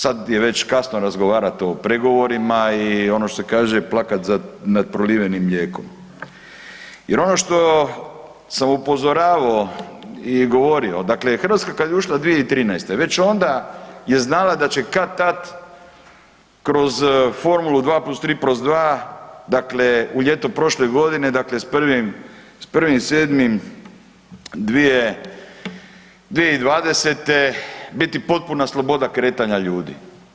Sad je već kasno razgovarati o pregovorima i ono što se kaže, plakati nad prolivenim mlijekom jer ono što sam upozoravao i govorio, dakle Hrvatska kad je ušla 2013. već onda je znala da će kad-tad kroz formulu 2+3+2, dakle u ljeto prošle godine, dakle s 1.7.2020. biti potpuna sloboda kretanja ljudi.